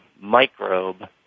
microbe